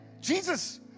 jesus